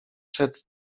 przed